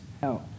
help